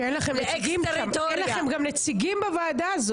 שאין לכם נציגים בה.